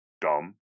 dumb